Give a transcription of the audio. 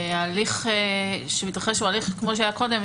ההליך שמתרחש הוא הליך כמו שהיה קודם,